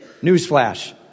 Newsflash